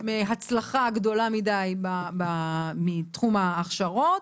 מהצלחה גדולה מידי מתחום ההכשרות.